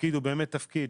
שהתפקיד הוא באמת התפקיד,